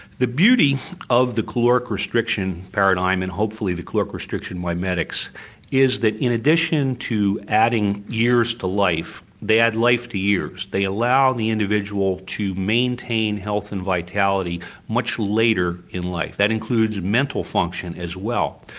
the beauty of the caloric restriction paradigm and hopefully the caloric restriction mimetics is that in addition to adding years to life, they add life to years. they allow the individual to maintain health and vitality much later in life. that includes mental function as well.